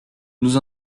nous